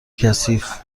کثیف